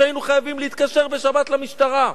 שהיינו חייבים להתקשר בשבת למשטרה.